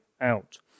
out